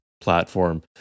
platform